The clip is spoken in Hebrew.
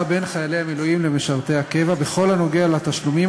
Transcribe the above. בין חיילי המילואים למשרתי הקבע בכל הנוגע לתשלומים